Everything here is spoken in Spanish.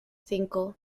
cinco